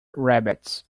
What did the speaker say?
rabbits